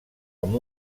amb